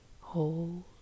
hold